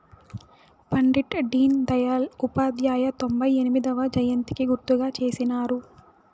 పండిట్ డీన్ దయల్ ఉపాధ్యాయ తొంభై ఎనిమొదవ జయంతికి గుర్తుగా చేసినారు